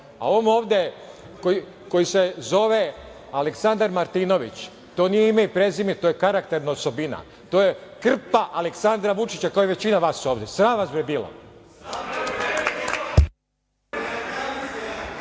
ovde koje se zove Aleksandar Martinović to nije ime i prezime, to je karakterna osobina, to je krpa Aleksandra Vučića, kao i većina vas ovde. Sram vas, bre bilo.